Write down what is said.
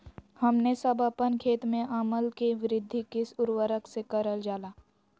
हमने सब अपन खेत में अम्ल कि वृद्धि किस उर्वरक से करलजाला?